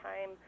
time